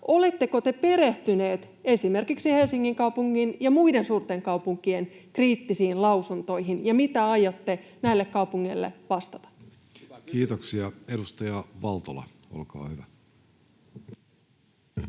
oletteko te perehtynyt esimerkiksi Helsingin kaupungin ja muiden suurten kaupunkien kriittisiin lausuntoihin, ja mitä aiotte näille kaupungeille vastata? Kiitoksia. — Edustaja Valtola, olkaa hyvä.